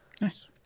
nice